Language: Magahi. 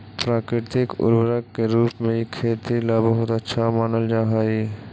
प्राकृतिक उर्वरक के रूप में इ खेती ला बहुत अच्छा मानल जा हई